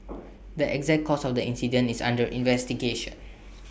the exact cause of the incident is under investigation